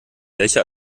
welche